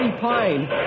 Pine